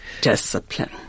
discipline